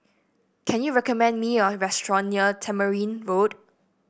can you recommend me a restaurant near Tamarind Road